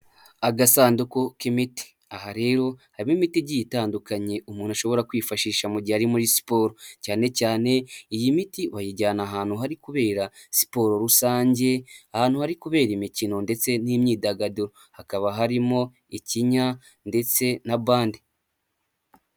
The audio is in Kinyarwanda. Agasanduku k'imiti, aha rero harimo imiti igiye itandukanye umuntu ashobora kwifashisha mu gihe ari muri siporo, cyane cyane iyi miti wayijyana ahantu hari kubera siporo rusange, ahantu hari kubera imikino ndetse n'imyidagaduro, hakaba harimo ikinya ndetse na bande.